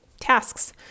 tasks